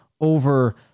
over